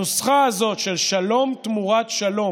הנוסחה הזאת של שלום תמורת שלום,